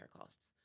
costs